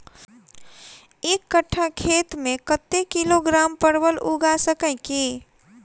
एक कट्ठा खेत मे कत्ते किलोग्राम परवल उगा सकय की??